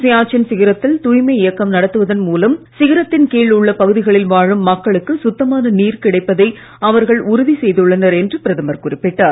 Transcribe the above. சியாச்சின் சிகரத்தில் தூய்மை இயக்கம் நடத்துவதன் மூலம் சிகரத்தின் கீழ் உள்ள பகுதிகளில் வாழும் மக்களுக்கு சுத்தமான நீர் கிடைப்பதை அவர்கள் உறுதி செய்துள்ளனர் என்று பிரதமர் குறிப்பிட்டார்